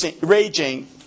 raging